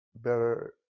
better